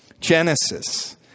Genesis